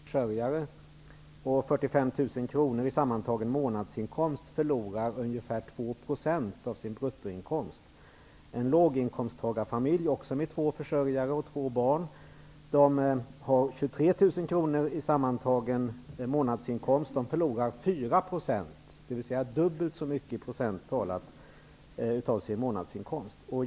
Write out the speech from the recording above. Fru talman! Enligt färska beräkningar från Konsumentverket innebär höstens krispaket för i år att en höginkomsttagarfamilj med två försörjare och två barn med 45 000 kr i sammantagen månadsinkomst förlorar ungefär 2 % av sin bruttoinkomst. En låginkomsttagarfamilj, också med två försörjare och två barn, som har 23 000 kr i sammantagen månadsinkomst förlorar 4 %, dvs. dubbelt så mycket, av sin månadsinkomst.